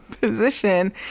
position